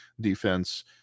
defense